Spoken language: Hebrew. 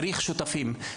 צריך שותפים.